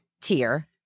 tier